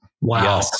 Wow